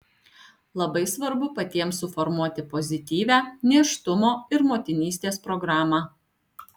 labai svarbu patiems suformuoti pozityvią nėštumo ir motinystės programą